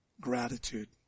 gratitude